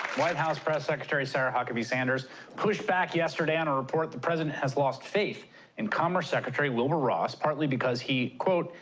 white house press secretary sarah huckabee sanders pushed back yesterday on a report the president has lost faith in commerce secretary wilbur ross partly because he, quote,